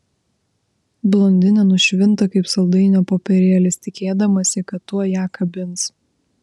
blondinė nušvinta kaip saldainio popierėlis tikėdamasi kad tuoj ją kabins